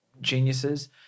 geniuses